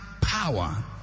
power